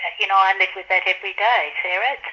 ah you know i live with that every day, sarah.